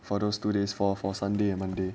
for those photos today's for for sunday and monday